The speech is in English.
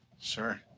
Sure